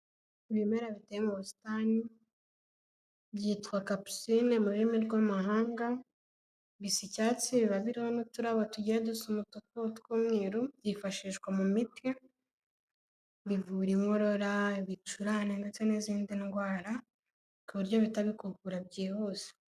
Ibimera biteye mu busitani byitwa Kapisine mu rurimi rw'amahanga, bisa icyatsi biba biriho n'uturabo tugiye dusa umutuku, utw'umweru byifashishwa mu miti, bivura inkorora, ibicurane ndetse n'izindi ndwara, ku buryo bihita bikuvura byihuse.